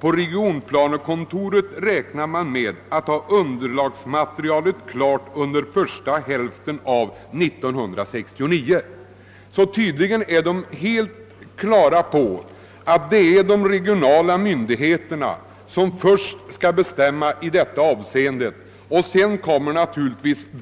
På regionplanekontoret räknar man med att ha underlagsmaterialet klart under första hälften av 1969.» Tydligen är man helt på det klara med att de regionala myndigheterna först skall få ta ställning i denna fråga.